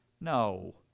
No